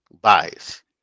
bias